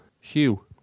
Hugh